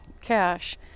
cash